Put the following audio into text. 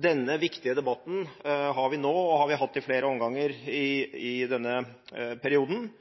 denne viktige debatten har vi nå og har vi hatt i flere omganger i denne perioden –